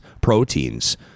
proteins